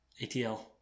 ATL